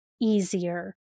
easier